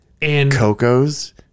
Coco's